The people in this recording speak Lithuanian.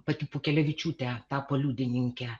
pati pūkelevičiūtė tapo liudininke